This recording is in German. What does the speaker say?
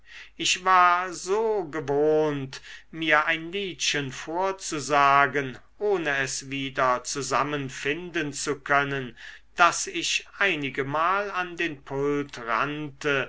ich war so gewohnt mir ein liedchen vorzusagen ohne es wieder zusammen finden zu können daß ich einigemal an den pult rannte